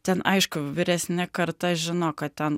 ten aišku vyresnė karta žino kad ten